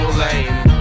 lame